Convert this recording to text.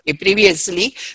previously